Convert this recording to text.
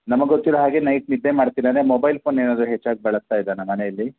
ನಮಗೆ ಗೊತ್ತಿರೋ ಹಾಗೆ ನೈಟ್ ನಿದ್ದೆ ಮಾಡ್ತಿಲ್ಲ ಅಂದರೆ ಮೊಬೈಲ್ ಫೋನ್ ಏನಾದರೂ ಹೆಚ್ಚಾಗಿ ಬಳಸ್ತಾ ಇದ್ದಾನಾ ಮನೆಯಲ್ಲಿ